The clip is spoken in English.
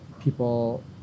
people